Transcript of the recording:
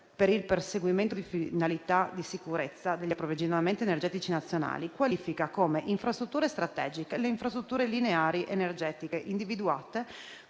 per il perseguimento di finalità di sicurezza degli approvvigionamenti energetici nazionali, qualifica come infrastrutture strategiche le infrastrutture lineari energetiche individuate